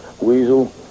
weasel